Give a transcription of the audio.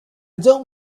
don’t